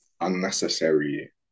unnecessary